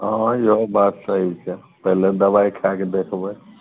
हँ इहो बात सही छै पहिले दबाइ खाएके देखबै